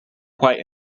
quite